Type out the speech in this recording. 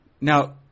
Now